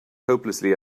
hopelessly